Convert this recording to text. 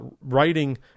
writing